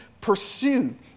pursue